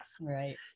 right